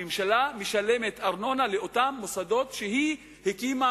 הממשלה משלמת ארנונה על אותם מוסדות שהיא הקימה,